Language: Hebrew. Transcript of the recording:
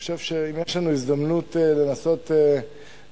אני חושב שאם יש לנו הזדמנות לנסות ולייצר